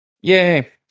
Yay